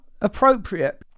appropriate